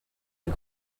les